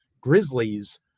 Grizzlies